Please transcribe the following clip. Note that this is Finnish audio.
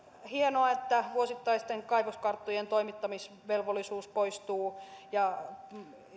hienoa että vuosittaisten kaivoskarttojen toimittamisvelvollisuus poistuu ja